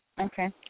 Okay